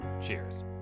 cheers